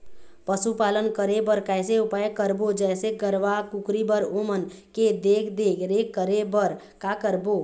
पशुपालन करें बर कैसे उपाय करबो, जैसे गरवा, कुकरी बर ओमन के देख देख रेख करें बर का करबो?